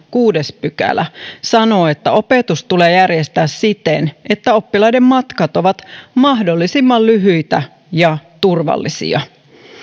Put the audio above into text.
kuudes pykälä sanoo että opetus tulee järjestää siten että oppilaiden matkat ovat mahdollisimman lyhyitä ja turvallisia